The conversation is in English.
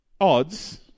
odds